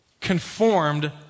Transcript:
conformed